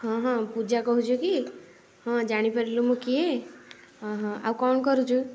ହଁ ହଁ ପୂଜା କହୁଛୁ କି ହଁ ଜାଣିପାରିଲୁ ମୁଁ କିଏ ହଁ ହଁ ଆଉ କ'ଣ କରୁଛୁ